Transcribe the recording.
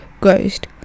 ghost